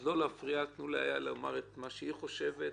לכן לא להפריע, תנו לאיה לומר את מה שהיא חושבת